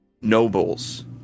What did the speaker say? nobles